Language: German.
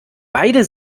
beide